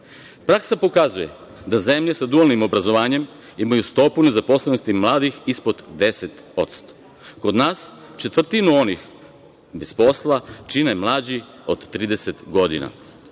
pokazuje da zemlje sa dualnim obrazovanjem imaju stopu nezaposlenosti mladih ispod 10%. Kod nas četvrtinu onih bez posla čine mlađi od 30 godina.